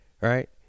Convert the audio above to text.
right